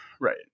right